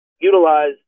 utilize